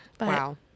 wow